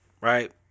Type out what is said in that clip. Right